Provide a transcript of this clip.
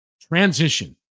transition